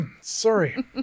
sorry